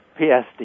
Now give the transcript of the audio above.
PSD